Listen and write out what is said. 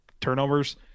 turnovers